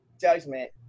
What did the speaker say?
judgment